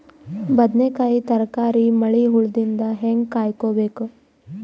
ಬದನೆಕಾಯಿ ತರಕಾರಿ ಮಳಿ ಹುಳಾದಿಂದ ಹೇಂಗ ಕಾಯ್ದುಕೊಬೇಕು?